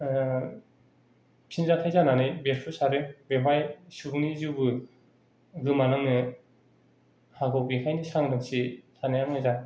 फिनजाथाइ जानानै बेरफ्रुसारो बेवहाय सुबुंनि जिउबो गोमानांङो बेखायनो सांग्रांथि थानाया मोजां